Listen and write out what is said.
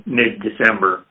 mid-December